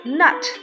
nut